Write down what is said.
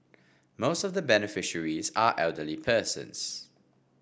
most of the beneficiaries are elderly persons